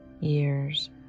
years